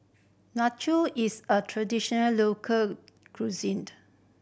Nacho is a traditional local cuisine